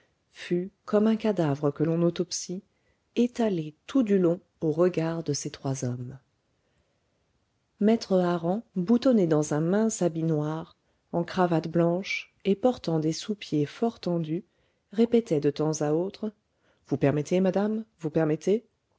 fut comme un cadavre que l'on autopsie étalée tout du long aux regards de ces trois hommes maître hareng boutonné dans un mince habit noir en cravate blanche et portant des sous-pieds fort tendus répétait de temps à autre vous permettez madame vous permettez